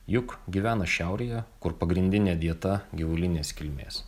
juk gyvena šiaurėje kur pagrindinė dieta gyvulinės kilmės